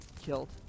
killed